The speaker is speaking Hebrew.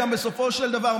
בסופו של דבר,